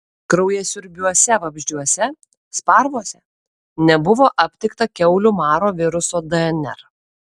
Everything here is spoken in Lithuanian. kraujasiurbiuose vabzdžiuose sparvose nebuvo aptikta kiaulių maro viruso dnr